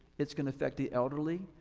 it's gonna affect the elderly,